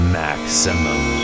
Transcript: maximum